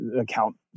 account